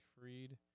freed